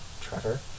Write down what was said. Trevor